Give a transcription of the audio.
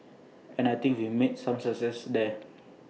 and I think we've made some success there